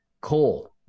Coal